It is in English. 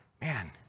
man